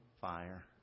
fire